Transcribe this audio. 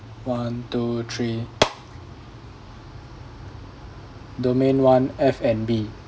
one two three domain one F&B